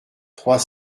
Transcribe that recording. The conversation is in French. trois